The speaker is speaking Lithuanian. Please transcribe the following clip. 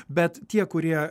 bet tie kurie